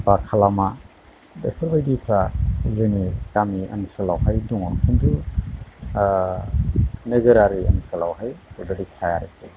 बा खालामा बेफोरबायदिफ्रा जोंनि गामि ओनसोलावहाय दङ खिन्थु नोगोरारि ओनसोलावहाय बेबायदि थाया आरोखि